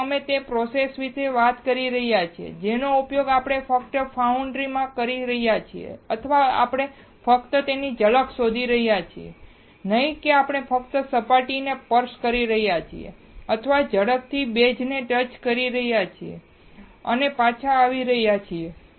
તેથી અમે તે પ્રોસેસ વિશે વાત કરી રહ્યા છીએ જેનો ઉપયોગ આપણે ફક્ત ફાઉન્ડ્રી માં કરી રહ્યા છીએ અથવા આપણે ફક્ત તેની ઝલક શોધી રહ્યા છીએ નહીં કે આપણે ફક્ત સપાટી ને સ્પર્શ કરી રહ્યા છીએ અથવા ઝડપથી બેઝ ને ટચ કરી રહ્યા છીએ અને પાછા આવી રહ્યા છીએ